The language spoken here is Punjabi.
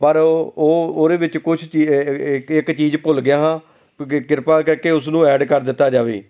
ਪਰ ਉਹ ਉਹ ਉਹਦੇ ਵਿੱਚ ਕੁਛ ਚੀਜ਼ ਇੱਕ ਇੱਕ ਚੀਜ਼ ਭੁੱਲ ਗਿਆ ਹਾਂ ਕਿ ਕਿਰਪਾ ਕਰਕੇ ਉਸਨੂੰ ਐਡ ਕਰ ਦਿੱਤਾ ਜਾਵੇ